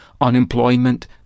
unemployment